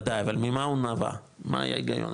בוודאי, אבל ממה הוא נבע, מה היה ההיגיון?